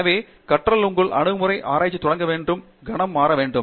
எனவே கற்றல் உங்கள் அணுகுமுறை ஆராய்ச்சி தொடங்க வேண்டும் கணம் மாற்ற வேண்டும்